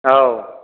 औ